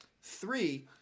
Three